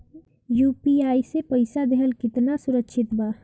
UPI से पईसा देहल केतना सुरक्षित बा?